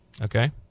Okay